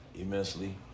immensely